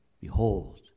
Behold